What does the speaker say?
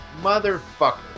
motherfucker